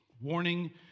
warning